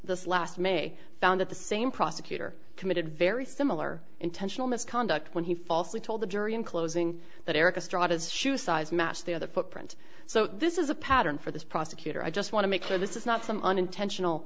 this last may found that the same prosecutor committed very similar intentional misconduct when he falsely told the jury in closing that erik estrada is shoe size matched the other footprint so this is a pattern for this prosecutor i just want to make sure this is not some unintentional